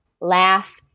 laugh